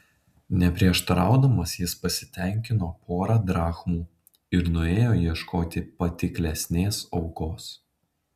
neprieštaraudamas jis pasitenkino pora drachmų ir nuėjo ieškoti patiklesnės aukos